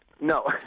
No